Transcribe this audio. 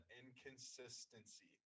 inconsistency